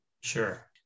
Sure